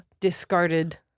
discarded